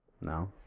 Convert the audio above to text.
No